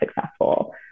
successful